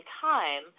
time